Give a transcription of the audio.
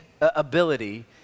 ability